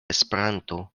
esperanto